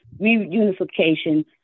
reunification